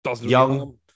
young